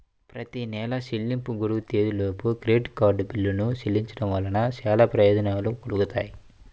ప్రతి నెలా చెల్లింపు గడువు తేదీలోపు క్రెడిట్ కార్డ్ బిల్లులను చెల్లించడం వలన చాలా ప్రయోజనాలు కలుగుతాయి